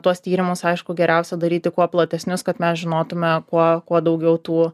tuos tyrimus aišku geriausia daryti kuo platesnius kad mes žinotume kuo kuo daugiau tų